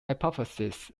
hypothesis